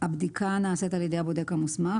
הבדיקה נעשית על ידי הבודק המוסמך.